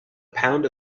pound